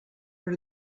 per